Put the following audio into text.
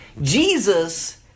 Jesus